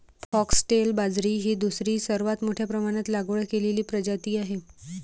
foxtail बाजरी ही दुसरी सर्वात मोठ्या प्रमाणात लागवड केलेली प्रजाती आहे